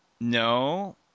No